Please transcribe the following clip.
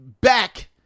back